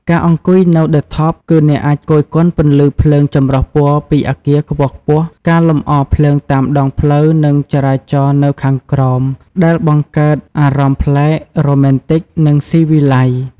ការអង្គុយនៅ ឌឹ ថប់ គឺអ្នកអាចគយគន់ពន្លឺភ្លើងចម្រុះពណ៌ពីអគារខ្ពស់ៗ ការលម្អរភ្លើងតាមដងផ្លូវ និងចរាចរណ៍នៅខាងក្រោម ដែលបង្កើតអារម្មណ៍ប្លែក រ៉ូមែនទិក និងស៊ីវិល័យ។